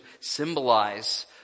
symbolize